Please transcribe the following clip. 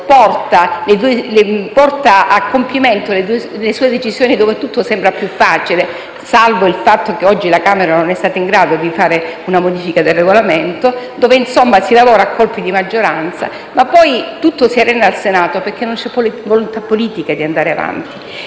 porta a compimento le sue decisioni dove tutto sembra più facile - salvo il fatto che oggi la Camera non è stata in grado di fare una modifica del Regolamento - dove, insomma, si lavora a colpi di maggioranza; ma poi tutto si arena al Senato perché non c'è volontà politica di andare avanti.